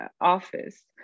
office